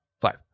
five